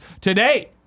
Today